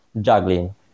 juggling